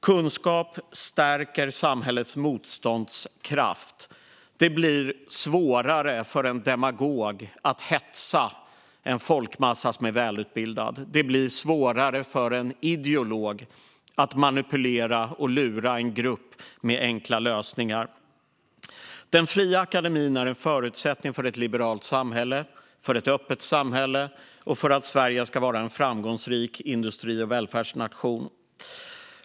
Kunskap stärker samhällets motståndskraft. En folkmassa som är välutbildad blir svårare för en demagog att hetsa. En grupp som är välutbildad blir svårare för en ideolog att manipulera och lura med enkla lösningar. Den fria akademin är en förutsättning för ett liberalt samhälle, för ett öppet samhälle och för att Sverige ska vara en framgångsrik industri och välfärdsnation.